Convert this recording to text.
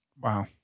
Wow